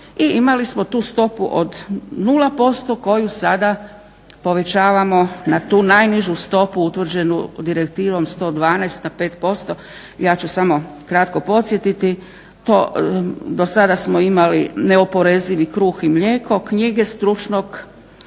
i imali smo tu stopu od 0% koju sada povećavamo na tu najnižu stopu utvrđenu direktivom 112 na 5%. Ja ću samo kratko podsjetiti, do sada smo imali neoporezivi kruh i mlijeko, knjige stručnog, znanstvenog,